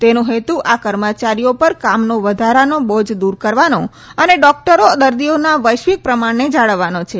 તેનો હેતુ આ કર્મચારીઓ પર કામનો વધારે બોજ દુર કરવાનો અને ડોકટરો દર્દીઓના વૈશ્વિક પ્રમાણને જાળવવાનો છે